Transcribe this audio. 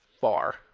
far